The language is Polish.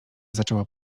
zaczęła